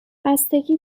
بستگی